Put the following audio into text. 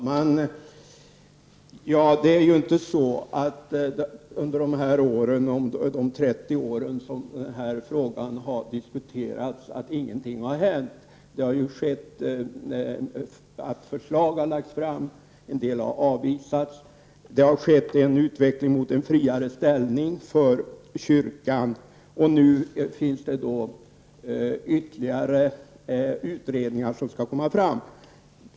Herr talman! Det är ju inte så att det inte har hänt någonting under de 30 år som den här frågan har utretts. Förslag har lagts fram. En del har avvisats. Det har skett en utveckling mot en friare ställning för kyrkan och nu finns det ytterligare utredningar som arbetar.